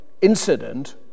incident